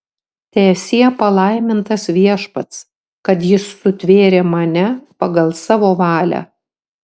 teesie palaimintas viešpats kad jis sutvėrė mane pagal savo valią